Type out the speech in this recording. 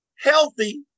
Healthy